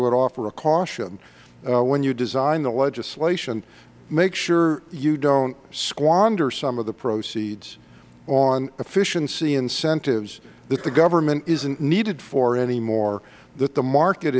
would offer a caution when you design the legislation make sure you don't squander some of the proceeds on efficiency incentives that the government isn't needed anymore that the market